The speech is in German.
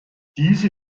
diese